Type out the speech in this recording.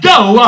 go